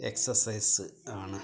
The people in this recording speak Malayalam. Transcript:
എക്സസൈസ് ആണ്